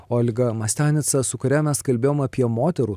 olga mastianica su kuria mes kalbėjome apie moterų